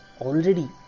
already